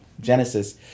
Genesis